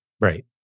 Right